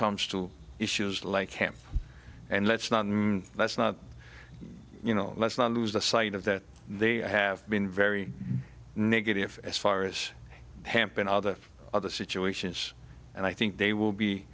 comes to issues like him and let's not let's not you know let's not lose sight of that they have been very negative as far as hamp and other other situations and i think they will be